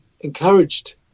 encouraged